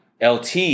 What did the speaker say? lt